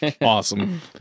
Awesome